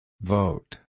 Vote